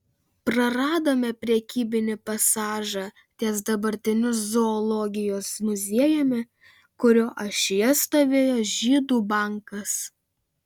praradome prekybinį pasažą ties dabartiniu zoologijos muziejumi kurio ašyje stovėjo žydų bankas